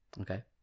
Okay